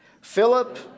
Philip